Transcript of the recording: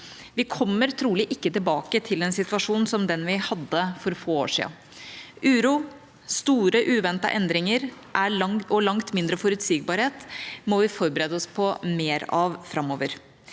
Vi kommer trolig ikke tilbake til den situasjonen vi hadde for få år siden. Uro, store, uventede endringer og langt mindre forutsigbarhet må vi forberede oss på mer av framover.